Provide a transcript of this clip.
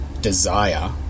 desire